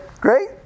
great